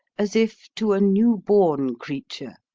as if to a newborn creature.